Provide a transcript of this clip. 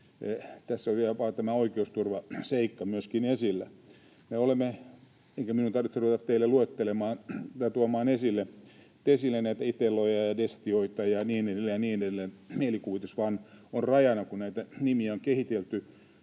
Tässä on vielä jopa tämä oikeusturvaseikka myöskin esillä. Eikä minun tarvitse ruveta teille luettelemaan tai tuomaan esille näitä itelloja ja destioita ja niin edelleen ja niin edelleen — mielikuvitus vain on rajana, kun näitä nimiä on kehitelty